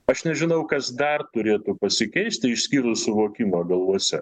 aš nežinau kas dar turėtų pasikeisti išskyrus suvokimo galvose